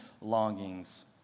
longings